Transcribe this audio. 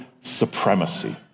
supremacy